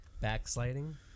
backsliding